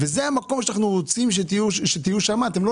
זה המקום שאנחנו רוצים שתהיו בו.